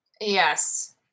Yes